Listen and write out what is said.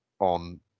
on